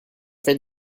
fais